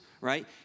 Right